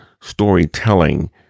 storytelling